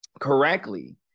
correctly